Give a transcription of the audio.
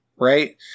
Right